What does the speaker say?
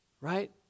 right